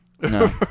No